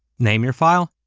name your file,